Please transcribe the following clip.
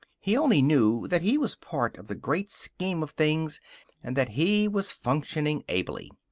he only knew that he was part of the great scheme of things and that he was functioning ably.